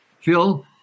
Phil